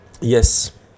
Yes